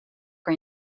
kan